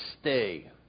stay